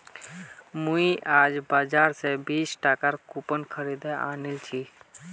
आज मुई बाजार स बीस टकार कूपन खरीदे आनिल छि